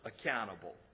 accountable